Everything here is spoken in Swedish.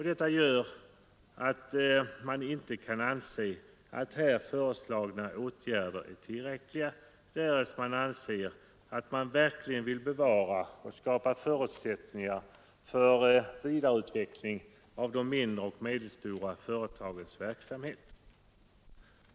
Detta gör att man inte kan anse att här föreslagna åtgärder är tillräckliga, därest man verkligen vill bevara och skapa förutsättningar för vidareutveckling av de mindre och medelstora företagens verksamhet.